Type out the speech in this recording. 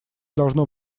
должно